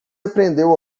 aprendeu